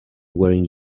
wearing